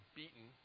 beaten